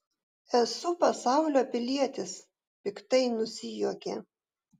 esu pasaulio pilietis piktai nusijuokė